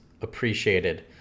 appreciated